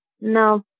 No